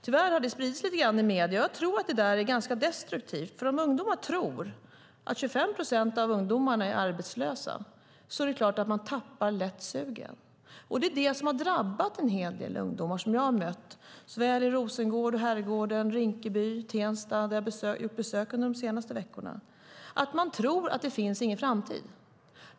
Tyvärr har det spridits lite grann i medierna. Jag tror att det är ganska destruktivt. Om ungdomar tror att 25 procent av ungdomarna är arbetslösa är det klart att de lätt tappar sugen. Det är det som har drabbat en hel del ungdomar som jag har mött i Rosengård, Herrgården, Rinkeby och Tensta där jag har gjort besök under de senaste veckorna. De tror att det inte finns någon framtid.